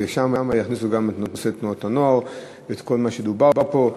ושם יכניסו גם את נושא תנועות הנוער ואת כל מה שדובר פה.